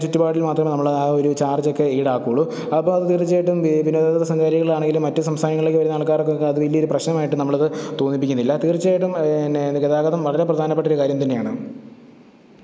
ചുറ്റുപാടിൽ മാത്രമേ നമ്മളുടെ ആവൊരു ചാർജൊക്കെ ഈടാക്കുള്ളൂ അപ്പോൾ അത് തീർച്ചയായിട്ടും വിനോദ സഞ്ചാരികൾ ആണെങ്കിലും മറ്റു സംസ്ഥാനങ്ങളിലേക്ക് വരുന്ന ആൾക്കാർക്കൊക്കെ അത് വലിയൊരു പ്രശ്നമായിട്ട് നമ്മളത് തോന്നിപ്പിക്കുന്നില്ല തീർച്ചയായിട്ടും പിന്നെ അത് ഗതാഗതം വളരെ പ്രധാനപ്പെട്ടൊരു കാര്യം തന്നെയാണ്